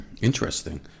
Interesting